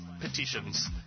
petitions